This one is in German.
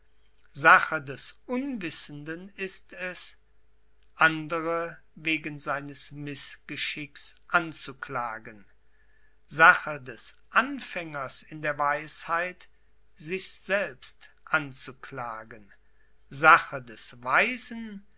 sache des unwissenden ist es andere wegen seines mißgeschicks anzuklagen sache des anfängers in der weisheit sich selbst anzuklagen sache des weisen